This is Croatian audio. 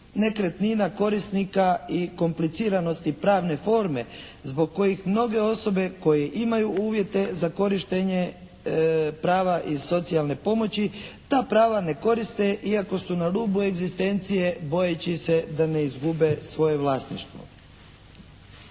nekretnina korisnika i kompliciranosti pravne forme zbog kojih mnoge osobe koje imaju uvjete za korištenje prava i socijalne pomoći, ta prava ne koriste iako su na rubu egzistencije bojeći se da ne izgube svoje vlasništvo.